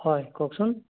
হয় কওকচোন